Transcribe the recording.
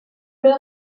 leur